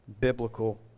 biblical